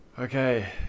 Okay